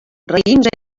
raïms